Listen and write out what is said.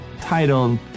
title